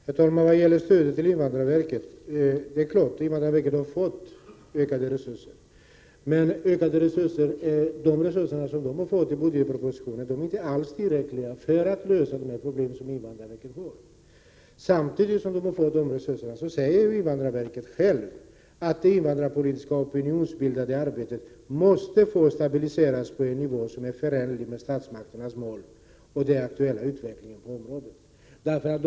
Herr talman! Vad gäller stödet till invandrarverket vet vi att invandrarverket har fått ökade resurser, men de i budgetpropositionen föreslagna ökningarna är inte alls tillräckliga för att lösa invandrarverkets problem. Samtidigt som dessa resurser har tillförts säger man själv på invandrarverket att det invandrarpolitiska opinionsbildande arbetet måste få stabiliseras på en nivå som är förenlig med statsmakternas mål och den aktuella utvecklingen på området.